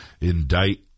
indict